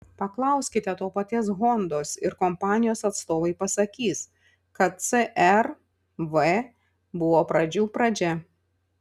paklauskite to paties hondos ir kompanijos atstovai pasakys kad cr v buvo pradžių pradžia